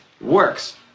works